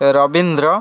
ଏ Rabindra